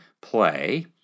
play